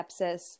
sepsis